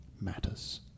matters